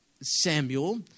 Samuel